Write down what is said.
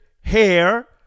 hair